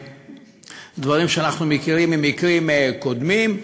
דברים שאנחנו מכירים ממקרים קודמים,